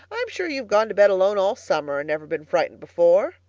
i'm sure you've gone to bed alone all summer and never been frightened before.